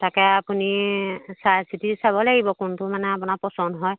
তাকে আপুনি চাই চিতি চাব লাগিব কোনটো মানে আপোনাৰ পচন্দ হয়